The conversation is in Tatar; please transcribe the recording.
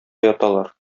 яталар